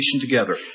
together